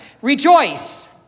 Rejoice